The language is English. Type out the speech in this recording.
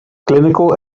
clinical